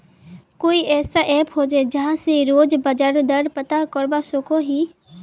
कोई ऐसा ऐप होचे जहा से रोज बाजार दर पता करवा सकोहो ही?